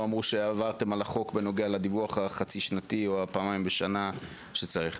לא אמרו שעברתם על החוק בנוגע לדיווח החצי-שנתי או הפעמיים בשנה שצריך.